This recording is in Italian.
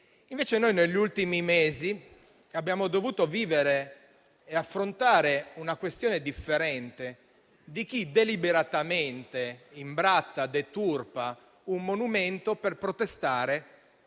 invece noi abbiamo dovuto vivere e affrontare una questione differente: esiste oggi chi deliberatamente imbratta, deturpa un monumento per protestare,